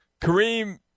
Kareem